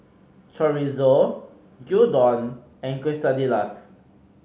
Chorizo Gyudon and Quesadillas